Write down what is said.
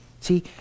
See